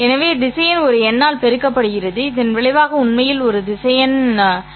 எனவே திசையன் ஒரு எண்ணால் பெருக்கப்படுகிறது இதன் விளைவாக உண்மையில் ஒரு திசையன் ஆகும்